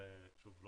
וזה לא